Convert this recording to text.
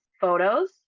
photos